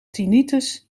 tinnitus